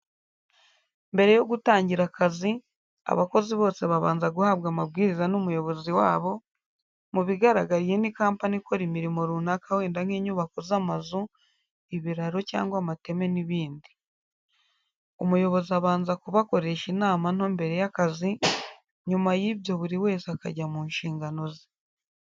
Mbere yo gutangira akazi, abakozi bose babanza guhabwa amabwiriza n'umuyobozi wabo, mu bigaragara iyi ni kampani ikora imirimo runaka wenda nk'inyubako z'amazu, ibiraro ( amateme) n'ibindi. Umuyobozi abanza kubakoresha inama nto mbere y'akazi , nyuma y'ibyo buri wese akajya mu nshingano ze.